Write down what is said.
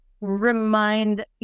remind